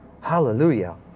Hallelujah